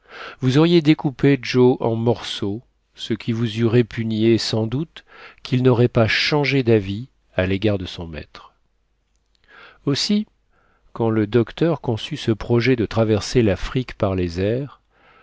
vous auriez découpé joe en morceaux ce qui vous eût répugné sans doute qu'il n'aurait pas changé d'avis à l'égard de son maître aussi quand le docteur conçut ce projet de traverser l'afrique par les airs